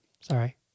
Sorry